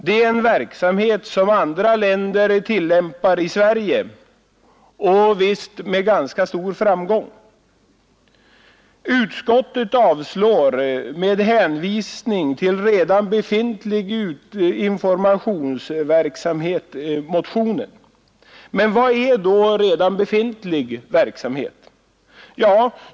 Det är en verksamhet som andra länder tillämpar i Sverige med ganska stor framgång. Utskottet avslår motionen med hänvisning till redan befintlig informationsverksamhet. Vad är då ”redan befintlig informationsverksamhet”?